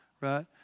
Right